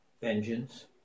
vengeance